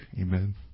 Amen